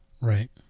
right